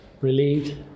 Relieved